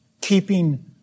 Keeping